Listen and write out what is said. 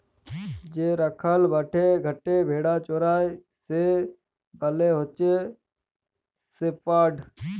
যে রাখাল মাঠে ঘাটে ভেড়া চরাই সে মালে হচ্যে শেপার্ড